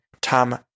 Tom